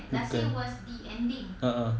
bukan a'ah